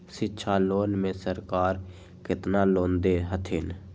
शिक्षा लोन में सरकार केतना लोन दे हथिन?